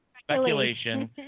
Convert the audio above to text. Speculation